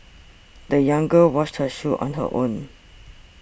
the young girl washed her shoes on her own